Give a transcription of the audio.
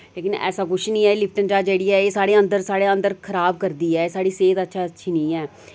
लेकिन ऐसा किश निं ऐ लिप्टन चाह् जेह्ड़ी है एह् साढ़े अंदर साढ़े अंदर खराब करदी ऐ साढ़ी सेह्त आस्तै अच्छी निं ऐ